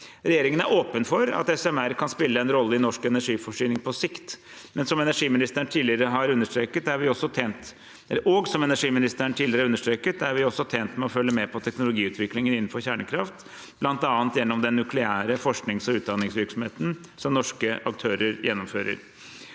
Regjeringen er åpen for at SMR kan spille en rolle i norsk energiforsyning på sikt. Som energiministeren tidligere har understreket, er vi også tjent med å følge med på teknologiutviklingen innenfor kjernekraft, bl.a. gjennom den nukleære forsknings- og utdanningsvirksomheten som norske aktører gjennomfører.